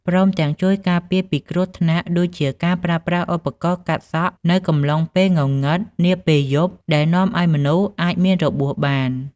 ព្រមទាំងជួយការពារពីគ្រោះថ្នាក់ ដូចជាការប្រើប្រាស់ឧបករណ៍កាត់សក់ នៅកំឡុងពេលងងឹតនាពេលយប់ដែលនាំឲ្យមនុស្សអាចមានរបួសបាន។